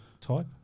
type